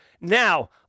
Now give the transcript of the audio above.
Now